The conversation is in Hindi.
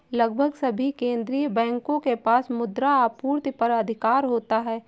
लगभग सभी केंदीय बैंकों के पास मुद्रा आपूर्ति पर एकाधिकार होता है